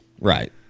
Right